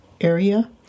area